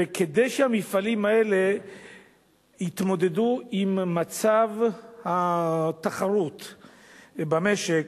כדי שהמפעלים האלה יתמודדו עם מצב התחרות במשק,